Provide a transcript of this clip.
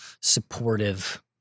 supportive